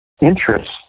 interest